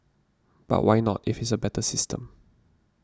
but why not if it's a better system